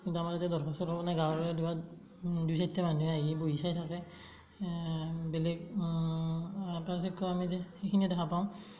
গাঁৱৰ মাজতে দৰ্শক চৰ্শক নাই গাঁৱত দুই চাইট্টা মানুহে আহি বহি চাই থাকে বেলেগ পাৰ্থক্য আমি সেইখিনিয়ে দেখা পাওঁ